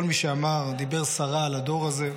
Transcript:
כל מי שדיבר סרה על הדור הזה,